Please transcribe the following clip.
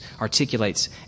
articulates